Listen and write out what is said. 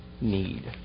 need